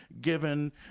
given